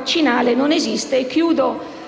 vaccinale non esiste. Concludo